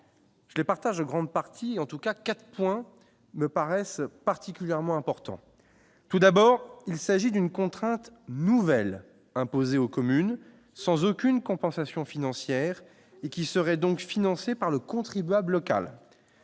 Les partage grande partie en tout cas, 4 points me paraissent particulièrement importants : tout d'abord, il s'agit d'une contrainte nouvelle imposée aux communes, sans aucune compensation financière et qui serait donc financé par le contribuable local,